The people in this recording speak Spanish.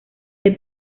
que